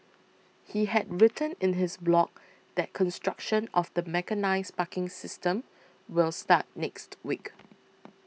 he had written in his blog that construction of the mechanised parking system will start next week